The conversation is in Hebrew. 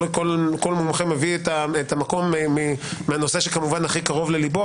כל מומחה מביא את המקום מהיכן שקרוב ליבו,